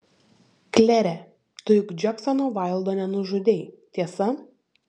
klere tu juk džeksono vaildo nenužudei tiesa